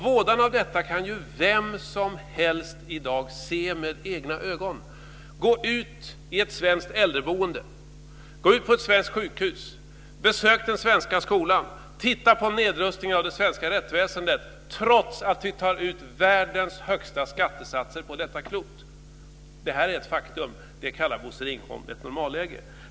Vådan av detta kan vem som helst i dag se med egna ögon. Gå ut i ett svenskt äldreboende, gå ut på ett svenskt sjukhus, besök den svenska skolan, titta på nedrustningen av det svenska rättsväsendet. Ändå tar vi ut världens högsta skatter. Det här är ett faktum. Det kallar Bosse Ringholm för normalläge.